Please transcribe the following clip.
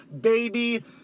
baby